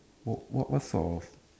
what what sort of